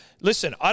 Listen